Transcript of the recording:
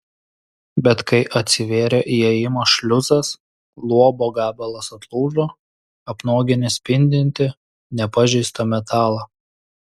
bet kai atsivėrė įėjimo šliuzas luobo gabalas atlūžo apnuoginęs spindintį nepažeistą metalą